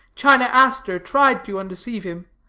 china aster tried to undeceive him.